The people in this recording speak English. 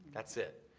that's it.